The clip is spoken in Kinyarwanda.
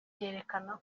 byerekana